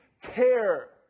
care